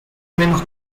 menos